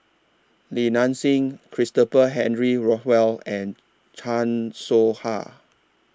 Li Nanxing Christopher Henry Rothwell and Chan Soh Ha